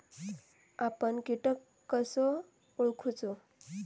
आपन कीटक कसो ओळखूचो?